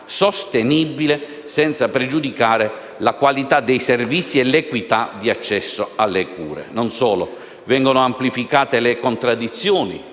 sostenibile senza pregiudicare la qualità dei servizi e l'equità di accesso alle cure. Non solo: vengono amplificate le contraddizioni,